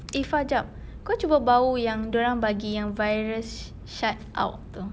eh fah jap kau cuba bau yang dia orang bagi yang virus shut out itu